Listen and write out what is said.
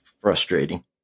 frustrating